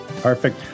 perfect